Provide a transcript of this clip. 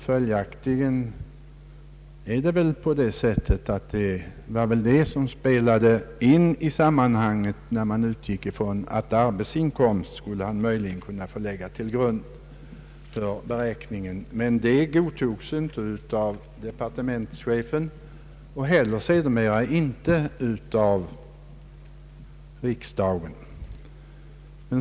Det var väl detta som spelade in, när man utgick ifrån att arbetsinkomst möjligen skulle kunna läggas till grund för beräkningen. Men detta godtogs inte av departementschefen och sedermera inte heller av riksdagen.